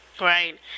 Right